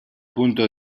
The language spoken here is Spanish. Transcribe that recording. punto